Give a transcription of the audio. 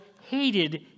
hated